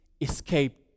escaped